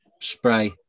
spray